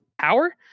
power